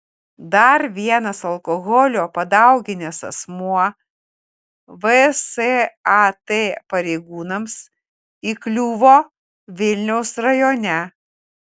dar vienas alkoholio padauginęs asmuo vsat pareigūnams įkliuvo vilniaus rajone